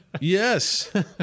Yes